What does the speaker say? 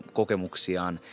kokemuksiaan